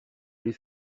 les